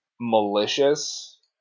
malicious